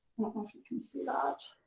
know if you can see that.